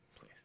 please